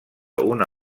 una